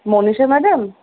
Manisha madam